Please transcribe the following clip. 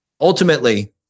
ultimately